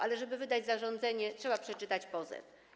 Ale żeby wydać zarządzenie, trzeba przeczytać pozew.